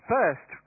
First